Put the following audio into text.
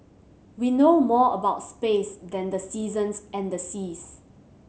we know more about space than the seasons and the seas